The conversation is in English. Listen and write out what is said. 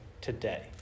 today